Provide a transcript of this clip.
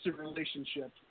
relationship